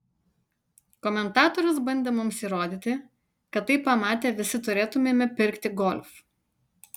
komentatorius bandė mums įrodyti kad tai pamatę visi turėtumėme pirkti golf